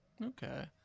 Okay